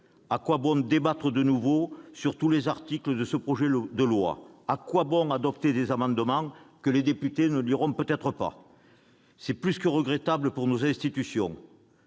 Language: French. à quoi bon débattre de nouveau de tous les articles de ce projet de loi ? À quoi bon adopter des amendements que les députés ne liront peut-être pas ? Cette situation est plus que regrettable pour nos institutions.